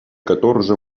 catorze